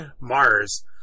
Mars